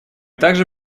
также